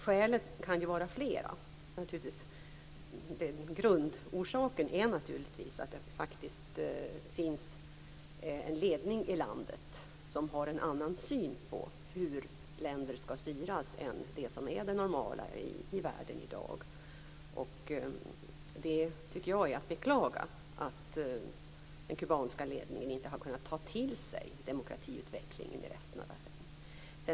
Skälen kan vara flera. Grundorsaken är naturligtvis den att det faktiskt finns en ledning i landet som har en annan syn på hur länder skall styras än den som är det normala i världen i dag. Det är att beklaga att den kubanska ledningen inte kunnat ta till sig demokratiutvecklingen i resten av världen.